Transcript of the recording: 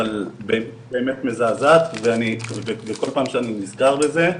אבל באמת מזעזעת וכל פעם שאני נזכר בזה,